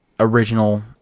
original